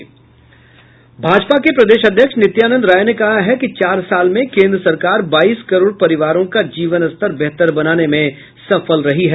भाजपा के प्रदेश अध्यक्ष नित्यानंद राय ने कहा है कि चार साल में केन्द्र सरकार बाईस करोड़ परिवारों का जीवन स्तर बेहतर बनाने में सफल रही है